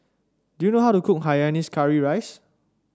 do you know how to cook Hainanese Curry Rice